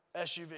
SUV